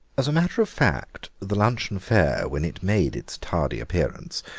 as a matter of fact, the luncheon fare, when it made its tardy appearance,